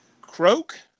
croak